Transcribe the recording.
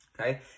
Okay